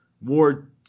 more